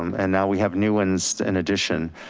and now we have new ones in addition.